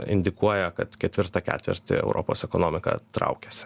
indikuoja kad ketvirtą ketvirtį europos ekonomika traukiasi